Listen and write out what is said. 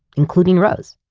including rose.